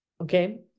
Okay